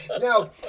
Now